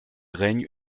règne